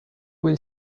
will